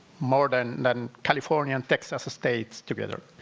more than than california and texas's states together.